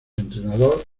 entrenador